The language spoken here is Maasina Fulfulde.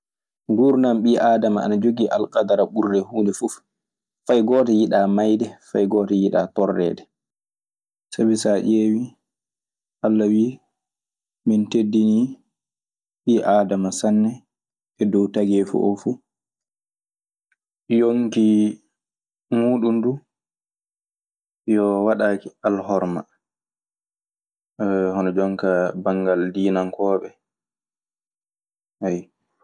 Gurdam bi adama ana jogi alkadara ɓurde humde fu. Fayigotto yiɗa mayde, fayigotto yiɗa torrede. Sabi so a ƴeewii, Alla wii " Min teddinii ɓii aadama sanne e dow tageefu oo fuu.". Ynki muɗum du ko waɗaki alhorma, hono jooni ka banngal dinankooɓe, a yiy.